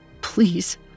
Please